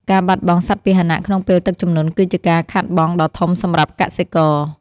ការបាត់បង់សត្វពាហនៈក្នុងពេលទឹកជំនន់គឺជាការខាតបង់ដ៏ធំសម្រាប់កសិករ។